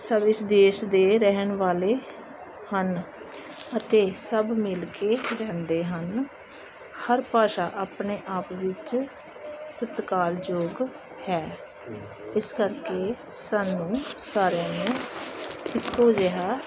ਸਭ ਇਸ ਦੇਸ਼ ਦੇ ਰਹਿਣ ਵਾਲੇ ਹਨ ਅਤੇ ਸਭ ਮਿਲ ਕੇ ਰਹਿੰਦੇ ਹਨ ਹਰ ਭਾਸ਼ਾ ਆਪਣੇ ਆਪ ਵਿੱਚ ਸਤਿਕਾਰਯੋਗ ਹੈ ਇਸ ਕਰਕੇ ਸਾਨੂੰ ਸਾਰਿਆਂ ਨੂੰ ਇੱਕੋ ਜਿਹਾ